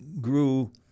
grew